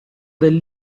del